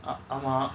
ah ஆமா:aama